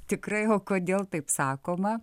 tikrai o kodėl taip sakoma